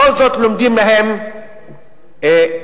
ובכל זאת לומדים בהם תלמידים.